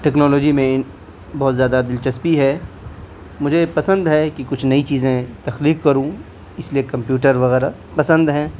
technology میں بہت زیادہ دلچسپی ہے مجھے پسند ہے کہ کچھ نئی چیزیں تخلیق کروں اس لیے کمپیوٹر وغیرہ پسند ہیں